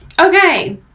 okay